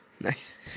Nice